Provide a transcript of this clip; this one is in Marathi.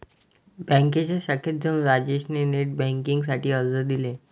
बँकेच्या शाखेत जाऊन राजेश ने नेट बेन्किंग साठी अर्ज दिले